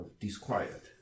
disquiet